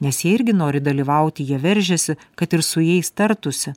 nes jie irgi nori dalyvauti jie veržiasi kad ir su jais tartųsi